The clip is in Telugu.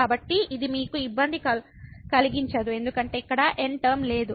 కాబట్టి ఇది మీకు ఇబ్బంది కలిగించదు ఎందుకంటే ఇక్కడ n టర్మ లేదు